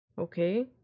Okay